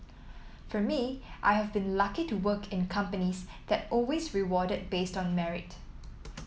for me I have been lucky to work in companies that always rewarded based on merit